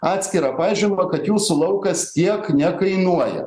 atskirą pažymą kad jūsų laukas tiek nekainuoja